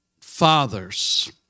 fathers